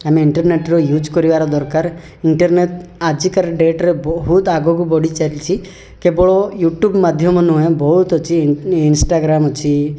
ଆମେ ଇଣ୍ଟର୍ନେଟ୍ର ୟୁଜ୍ କରିବାର ଦରକାର ଇଣ୍ଟର୍ନେଟ୍ ଆଜିକାର ଡ଼େଟ୍ରେ ବହୁତ ଆଗକୁ ବଢ଼ି ଚାଲିଛି କେବଳ ୟୁ ଟ୍ୟୁବ୍ ମାଧ୍ୟମ ନୁହେଁ ବହୁତ ଅଛି ଇନ୍ସ୍ଟାଟାଗ୍ରାମ୍ ଅଛି